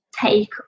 take